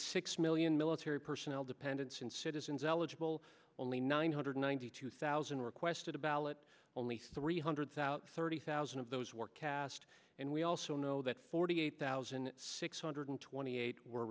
six million military personnel dependents and citizens eligible only nine hundred ninety two thousand requested a ballot only three hundred thout thirty thousand of those were cast and we also know that forty eight thousand six hundred twenty eight were